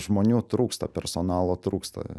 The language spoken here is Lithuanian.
žmonių trūksta personalo trūksta